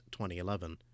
2011